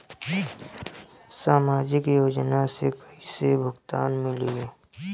सामाजिक योजना से कइसे भुगतान मिली?